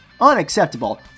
Unacceptable